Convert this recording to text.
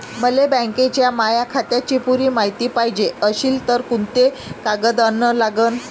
मले बँकेच्या माया खात्याची पुरी मायती पायजे अशील तर कुंते कागद अन लागन?